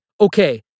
okay